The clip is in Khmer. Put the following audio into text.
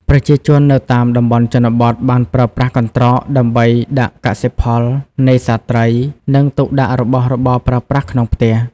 ប្រជាជននៅតាមតំបន់ជនបទបានប្រើប្រាស់កន្ត្រកដើម្បី ដាក់កសិផល នេសាទត្រី និង ទុកដាក់របស់របរប្រើប្រាស់ក្នុងផ្ទះ។